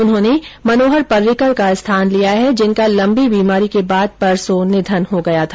उन्होंने मनोहर पर्रिकर का स्थान लिया है जिनका लम्बी बीमारी के बाद परसों निधन हो गया था